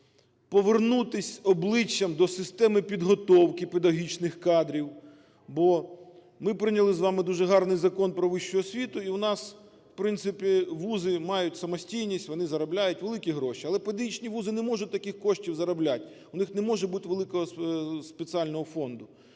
повернутись обличчям до системи підготовки педагогічних кадрів. Бо ми прийняли з вами дуже гарний Закон "Про вищу освіту" і в нас, в принципі, вузи мають самостійність, вони заробляють великі гроші. Але педагогічні вузи не можуть таких коштів заробляти, у них не може бути великого спеціального фонду.